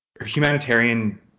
humanitarian